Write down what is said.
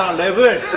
um never